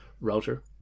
router